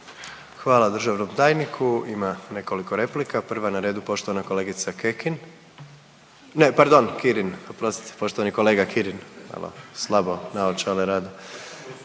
Hvala državnom tajniku. Ima nekoliko replika. Prva je na radu poštovana kolegica Kekin, ne pardon Kirin. Oprostite. Poštovani kolega Kirin. Malo slabo naočale rade.